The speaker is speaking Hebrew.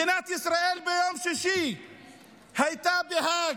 מדינת ישראל ביום שישי הייתה בהאג,